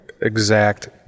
exact